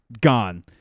gone